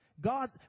God